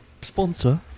sponsor